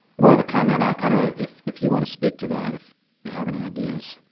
more of a comment. i don't know if if you want to speak to that, if you have any ideas.